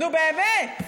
נו, באמת.